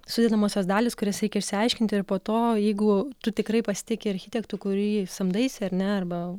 sudedamosios dalys kurias reikia išsiaiškinti ir po to jeigu tu tikrai pasitiki architektu kurį samdaisi ar ne arba